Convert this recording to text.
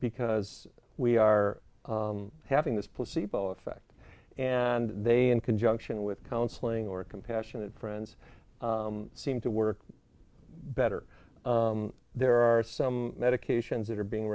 because we are having this placebo effect and they in conjunction with counseling or compassionate friends seem to work better there are some medications that are being